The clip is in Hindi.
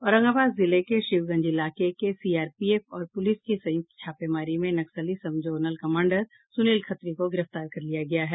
औरंगाबाद जिले के शिवगंज इलाके से सीआरपीएफ और पूलिस की संयुक्त छापेमारी में नक्सली sub zonal commander Sunil Khatri को गिरफ्तार कर लिया गया है